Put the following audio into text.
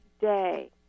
day